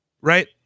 right